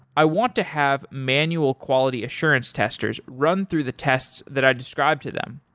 i want to have manual quality assurance testers run through the tests that i describe to them.